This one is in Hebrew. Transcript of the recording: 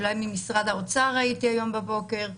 אולי ממשרד האוצר, ראיתי היום בבוקר,